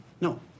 no